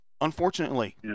Unfortunately